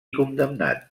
condemnat